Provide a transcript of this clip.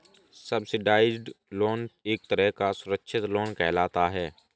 subsidised loan एक तरह का सुरक्षित लोन कहलाता है